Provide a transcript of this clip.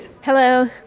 Hello